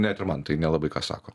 net ir man tai nelabai ką sako